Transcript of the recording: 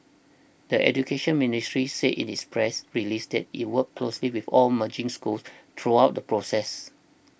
the Education Ministry said its press released it worked closely with all merging schools throughout the process